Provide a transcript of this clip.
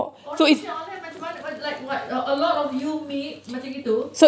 orientation online macam mana what like what a lot of you meet macam gitu